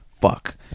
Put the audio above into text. Fuck